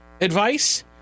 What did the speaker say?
advice